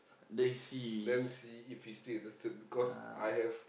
which then see if he still interested because I have